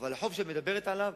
שאת מדברת עליו,